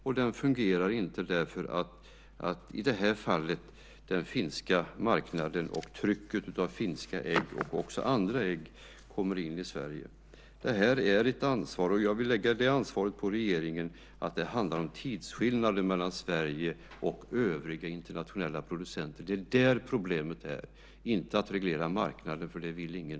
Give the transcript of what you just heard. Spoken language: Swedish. Och i det här fallet fungerar den inte på grund av den finska marknaden och trycket i form av att finska ägg och även andra ägg kommer in i Sverige. Detta är ett ansvar som jag vill lägga på regeringen, och det handlar om tidsskillnader mellan Sverige och övriga internationella producenter. Det är det som är problemet. Det handlar inte om att reglera marknaden. Det vill ingen.